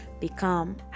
become